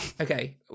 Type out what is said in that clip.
okay